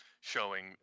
showing